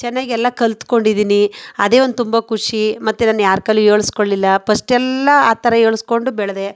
ಚೆನ್ನಾಗಿ ಎಲ್ಲ ಕಲಿತ್ಕೊಂಡಿದ್ದೀನಿ ಅದೇ ಒಂದು ತುಂಬ ಖುಷಿ ಮತ್ತು ನಾನು ಯಾರ ಕೈಯ್ಯಲ್ಲೂ ಹೇಳಿಸ್ಕೊಳ್ಳಿಲ್ಲ ಫಸ್ಟೆಲ್ಲ ಆ ಥರ ಹೇಳಿಸ್ಕೊಂಡು ಬೆಳೆದೆ